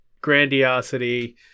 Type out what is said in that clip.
grandiosity